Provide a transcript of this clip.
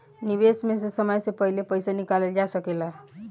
निवेश में से समय से पहले पईसा निकालल जा सेकला?